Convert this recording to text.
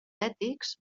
ètics